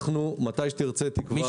מתי שתרצה, תקבע דיון.